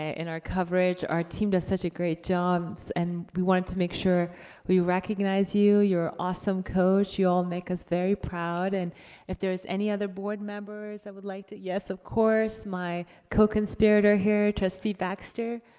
ah in our coverage. our team does such a great job, and we wanted to make sure we recognize you, your awesome coach. you all make us very proud, and if there's any other board members would like to, yes, of course, my co-conspirator here, trustee baxter.